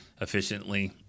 efficiently